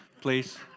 please